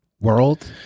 world